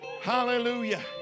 Hallelujah